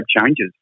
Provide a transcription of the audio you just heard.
changes